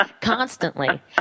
constantly